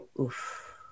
oof